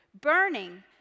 burning